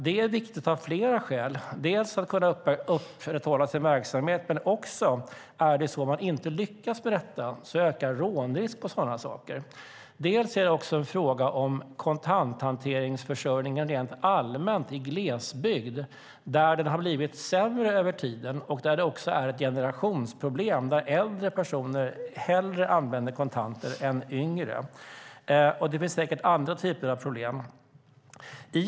Det är viktigt av flera skäl, bland annat för att man ska kunna upprätthålla sin verksamhet och för att om man inte lyckas med detta ökar rånrisken och sådana saker. Dessutom är det en fråga om kontantförsörjningen rent allmänt i glesbygd, där den har blivit sämre över tiden och där detta också är ett generationsproblem. Äldre personer använder hellre kontanter än yngre. Det finns säkert andra typer av problem också.